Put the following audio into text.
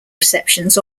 receptions